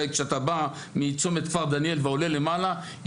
כשאתה בא מצומת כפר דניאל ועולה למעלה,